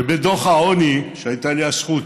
בדוח העוני, שהייתה לי הזכות